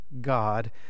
God